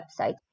website